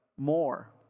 more